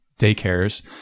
daycares